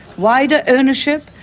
wider ownership,